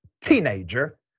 teenager